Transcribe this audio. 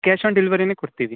cash on ಡೆಲಿವರಿನೇ ಕೊಡ್ತೀವಿ